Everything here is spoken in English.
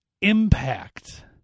impact